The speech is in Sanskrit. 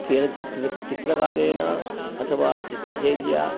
केनचित् चित्रकारेन अथवा चित्रशैल्या